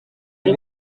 ibi